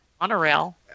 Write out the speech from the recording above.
monorail